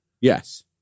Yes